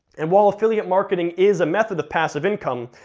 and while affiliate marketing is a method of passive income,